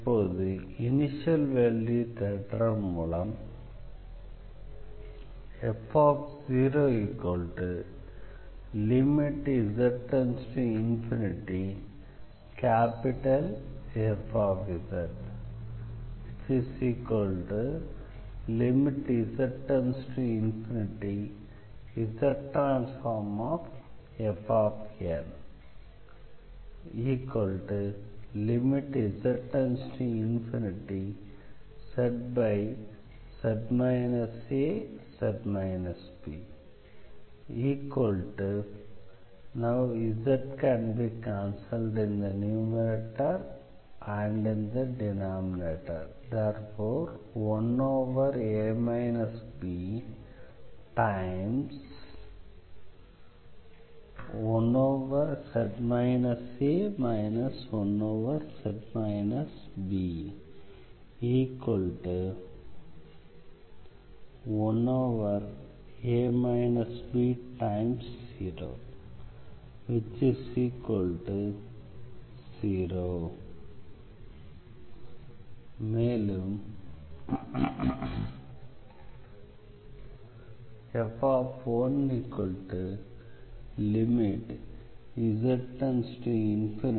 இப்போது initial value தேற்றம் மூலம் f0limz→∞Fz limz→∞Zfn limz→∞zz az b 1a b1z a 1z b 1a b×00 மேலும் f1limz→∞zFz limz→∞z